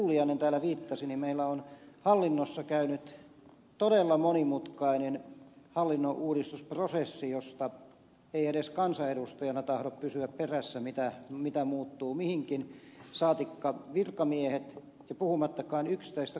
pulliainen täällä viittasi meillä on hallinnossa käynyt todella monimutkainen hallinnonuudistusprosessi jossa ei edes kansanedustajana tahdo pysyä perässä mitä muuttuu mihinkin saatikka virkamiehet puhumattakaan yksittäisestä kansalaisesta